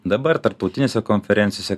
dabar tarptautinėse konferencijose